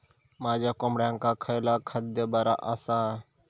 माझ्या कोंबड्यांका खयला खाद्य बरा आसा?